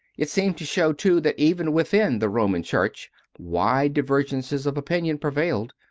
it seemed to show too that even within the roman church wide divergences of opinion prevailed,